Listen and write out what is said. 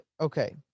Okay